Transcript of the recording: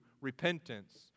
repentance